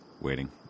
Waiting